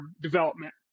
development